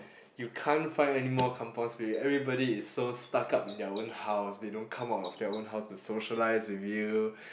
you can't find anymore kampung-spirit everybody is so stuck up in their own house they don't come out of their own house to socialize with you